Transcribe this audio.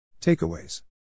Takeaways